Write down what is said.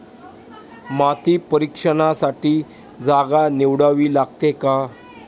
माती परीक्षणासाठी जागा निवडावी लागते का?